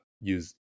use